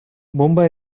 bonba